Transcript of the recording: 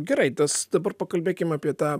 gerai tas dabar pakalbėkim apie tą